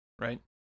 right